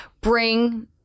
bring